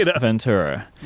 Ventura